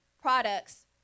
products